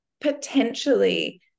potentially